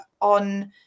on